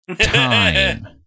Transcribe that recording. time